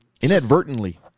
Inadvertently